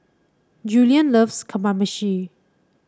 Julien loves Kamameshi